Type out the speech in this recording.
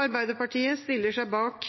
Arbeiderpartiet stiller seg bak